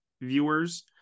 viewers